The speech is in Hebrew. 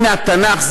הנה התנ"ך.